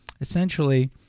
essentially